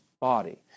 body